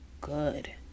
good